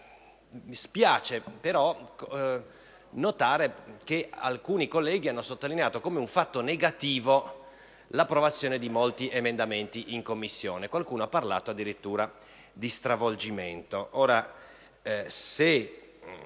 Spiace però notare che alcuni colleghi abbiano sottolineato negativamente l'approvazione di molti emendamenti in Commissione: qualcuno ha parlato addirittura di stravolgimento.